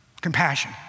compassion